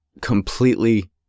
completely